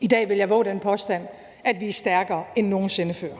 I dag vil jeg vove den påstand, at vi er stærkere end nogen sinde før.